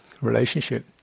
relationship